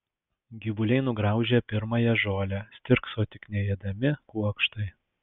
gyvuliai nugraužė pirmąją žolę stirkso tik neėdami kuokštai